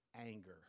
anger